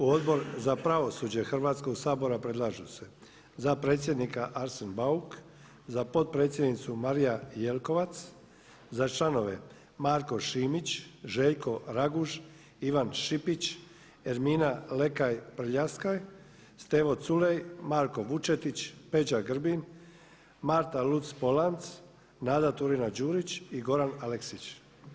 U Odbor za pravosuđe Hrvatskoga sabora predlažu se za predsjednika Arsen Bauk, za potpredsjednicu Marija Jelkovac, za članove Marko Šimić, Željko Raguž, Ivan Šipić, Ermina Lekaj Prljaskaj, Stevo Culej, Marko Vučetić, Peđa Grbin, Marta Luc-Polanc, Nada Turina-Đurić i Goran Aleksić.